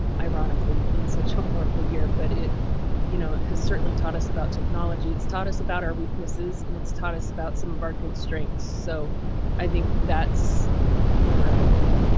ironically in such ah horrible year, but it you know it has certainly taught us about technology. it's taught us about our weaknesses and it's taught us about some of our good strength, so i think that's where i would go.